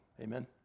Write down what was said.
Amen